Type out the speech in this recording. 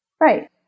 Right